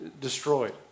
destroyed